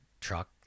truck